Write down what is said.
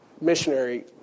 missionary